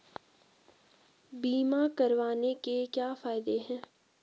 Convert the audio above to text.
बीमा करवाने के क्या फायदे हैं?